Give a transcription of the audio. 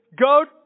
go